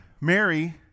Mary